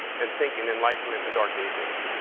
and think in enlightenment and dark ages.